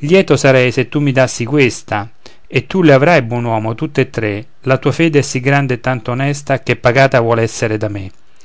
lieto sarei se tu mi dassi questa e tu le avrai buon uomo tutte e tre la tua fede è sì grande e tanto onesta che pagata vuol essere da me